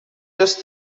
just